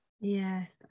yes